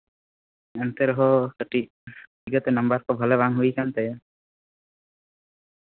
ᱮᱱᱛᱮ ᱨᱮᱦᱚᱸ ᱠᱟᱹᱴᱤᱡ ᱪᱤᱠᱟᱹᱛᱮ ᱱᱟᱢᱵᱟᱨ ᱠᱚ ᱵᱷᱟᱜᱮ ᱵᱟᱝ ᱦᱩᱭ ᱠᱟᱱ ᱛᱟᱭᱟ